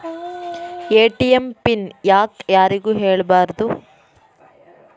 ATM PIN ಯಾಕ್ ಯಾರಿಗೂ ಹೇಳಬಾರದು?